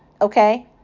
Okay